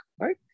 right